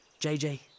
JJ